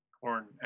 corn